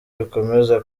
bikomeza